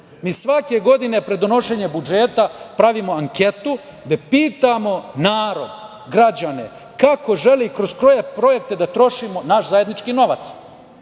Mi svake godine pred donošenje budžeta pravimo anketu gde pitamo narod, građane, kako žele i kroz koje projekte da trošimo naš zajednički novac.